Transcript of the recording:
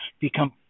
become